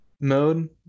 mode